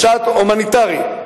משט הומניטרי.